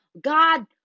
God